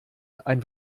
ein